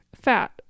fat